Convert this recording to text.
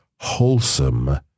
wholesome